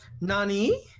Nani